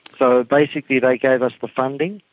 so basically they gave us the funding,